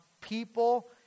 people